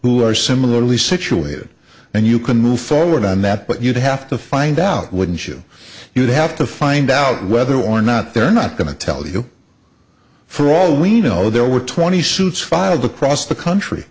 who are similarly situated and you can move forward on that but you'd have to find out wouldn't you you'd have to find out whether or not they're not going to tell you for all we know there were twenty suits filed across the country